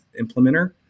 implementer